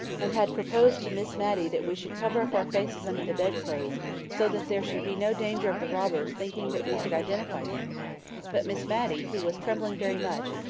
and had proposed to miss matty that we should cover up our faces under the bedclothes so that there should be no danger of the robbers thinking that we could identify them but miss matty, who was trembling very much,